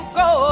go